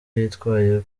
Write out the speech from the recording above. yitwaye